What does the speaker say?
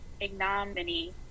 ignominy